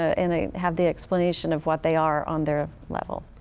and they have the explanation of what they are on their level.